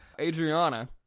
Adriana